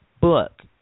book